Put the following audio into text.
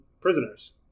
prisoners